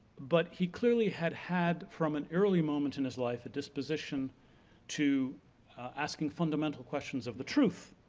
but he clearly had had from an early moment in his life, a disposition to asking fundamental questions of the truth.